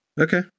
Okay